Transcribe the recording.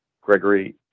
Gregory